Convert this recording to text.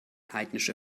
heidnische